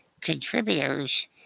contributors